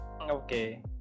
Okay